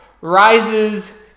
rises